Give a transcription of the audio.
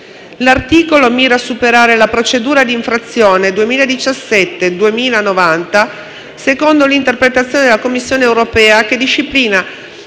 L'articolo mira a superare la procedura di infrazione 2017/2090: secondo l'interpretazione della Commissione europea, la disciplina